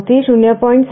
9 થી 0